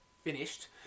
finished